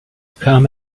come